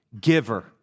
giver